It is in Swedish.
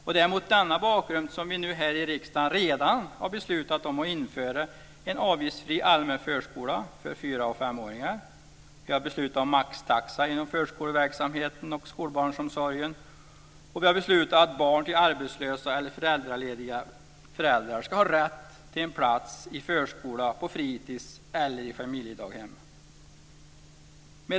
Det är mot denna bakgrund som vi nu här i riksdagen redan har beslutat om att införa en avgiftsfri allmän förskola för fyra och femåringar. Vi har beslutat om maxtaxa inom förskoleverksamheten och skolbarnsomsorgen. Vi har också beslutat att barn till arbetslösa eller föräldralediga föräldrar ska ha rätt till en plats i förskola, i fritidshem eller i familjedaghem.